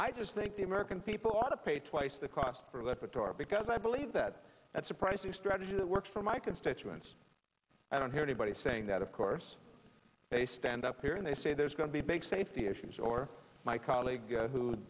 i just think the american people ought to pay twice the cost for let's put our because i believe that that's a pricing strategy that works for my constituents i don't hear anybody saying that of course they stand up here and they say there's going to be big safety issues or my colleague who